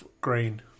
green